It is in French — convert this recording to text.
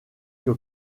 que